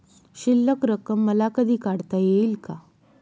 शिल्लक रक्कम मला कधी काढता येईल का?